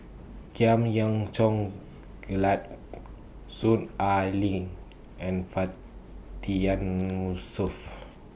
Giam Yean Song Gerald Soon Ai Ling and Fatiyan Yusof